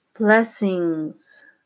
Blessings